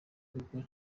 kuko